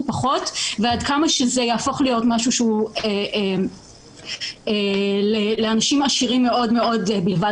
פחות ועד כמה שזה יהפוך להיות משהו שהוא לאנשים עשירים מאוד בלבד.